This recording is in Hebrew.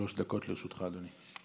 שלוש דקות לרשותך, אדוני.